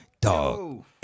Dog